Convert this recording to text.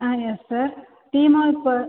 ஆ yes sir டீமாக இப்போ